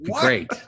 great